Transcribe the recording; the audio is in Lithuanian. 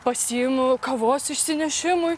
pasiimu kavos išsinešimui